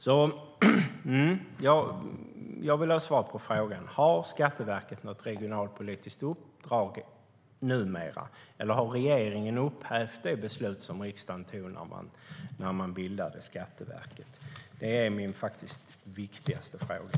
Jag vill alltså ha svar på frågan. Har Skatteverket numera något regionalpolitiskt uppdrag, eller har regeringen upphävt det beslut riksdagen tog när man bildade Skatteverket? Det är min viktigaste fråga.